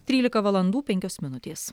trylika valandų penkios minutės